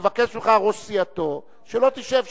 מבקש ממך ראש סיעתו שלא תשב שם.